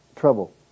trouble